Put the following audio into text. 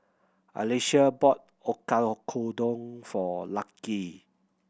Alysia bought Oyakodon for Lucky